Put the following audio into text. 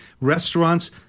restaurants